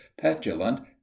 petulant